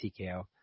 TKO